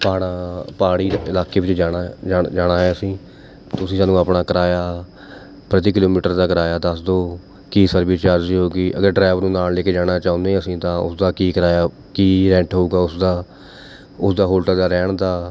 ਪਹਾੜ੍ਹਾਂ ਪਹਾੜ੍ਹੀ ਇਲਾਕੇ ਵਿੱਚ ਜਾਣਾ ਹੈ ਜਾਣ ਜਾਣਾ ਹੈ ਅਸੀਂ ਤੁਸੀਂ ਸਾਨੂੰ ਆਪਣਾ ਕਿਰਾਇਆ ਪ੍ਰਤੀ ਕਿਲੋਮੀਟਰ ਦਾ ਕਿਰਾਇਆ ਦੱਸ ਦਿਉ ਕੀ ਸਰਵਿਸ ਚਾਰਜ ਹੋਵੇਗੀ ਅਗਰ ਡਰਾਈਵਰ ਨੂੰ ਨਾਲ਼ ਲੈ ਕੇ ਜਾਣਾ ਚਾਹੁੰਦੇ ਹਾਂ ਅਸੀਂ ਤਾਂ ਉਸਦਾ ਕੀ ਕਿਰਾਇਆ ਕੀ ਰੈਂਟ ਹੋਵੇਗਾ ਉਸਦਾ ਉਸਦਾ ਹੋਟਲ ਦਾ ਰਹਿਣ ਦਾ